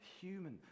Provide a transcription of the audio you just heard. human